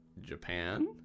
Japan